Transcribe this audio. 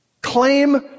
Claim